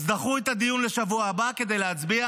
אז דחו את הדיון לשבוע הבא כדי להצביע.